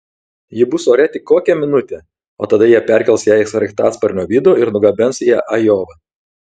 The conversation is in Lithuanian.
ji bus ore tik kokią minutę o tada jie perkels ją į sraigtasparnio vidų ir nugabens į ajovą